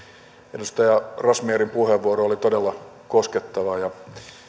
edustaja razmyarin puheenvuoro oli todella koskettava ja